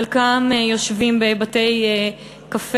חלקם יושבים בבתי-קפה,